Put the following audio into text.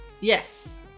Yes